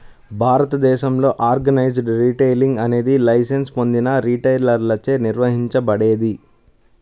భారతదేశంలో organised retailing అనేది licence పొందిన రిటైలర్లచే నిర్వహించబడేది